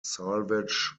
salvage